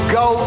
go